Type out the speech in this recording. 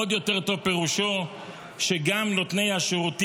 עוד יותר טוב פירושו שגם על נותני השירותים